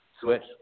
switch